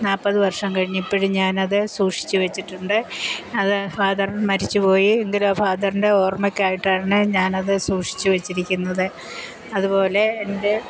നാൽപ്പത് വർഷം കഴിഞ്ഞു ഇപ്പോഴും ഞാൻ അത് സൂക്ഷിച്ചു വച്ചിട്ടുണ്ട് അത് ഫാദർ മരിച്ചു പോയി എങ്കിലും ആ ഫാദറിൻ്റെ ഓർമ്മയ്ക്കായിട്ടാണ് ഞാൻ അത് സൂക്ഷിച്ചു വച്ചിരിക്കുന്നത് അതുപോലെ എൻ്റെ